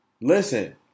listen